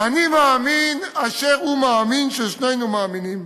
"אני מאמין, אשר הוא מאמין, ששנינו מאמינים".